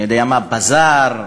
אני יודע מה, בזאר,